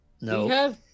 no